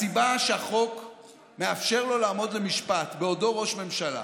הסיבה שהחוק מאפשר לו לעמוד למשפט בעודו ראש ממשלה